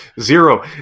zero